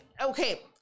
Okay